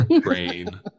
brain